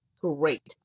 great